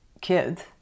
kids